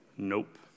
Nope